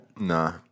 Nah